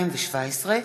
שלישי יש נאומים בני דקה,